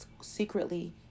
secretly